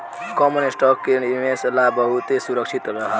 common stock के निवेश ला बहुते सुरक्षित कहाला